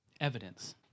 Evidence